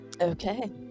okay